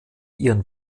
ihren